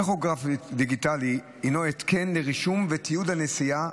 טכוגרף דיגיטלי הוא התקן לרישום ולתיעוד הנסיעה,